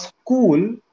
school